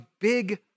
big